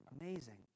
Amazing